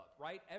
right